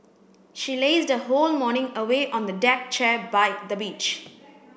she lazed her whole morning away on the deck chair by the beach